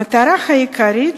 המטרה העיקרית,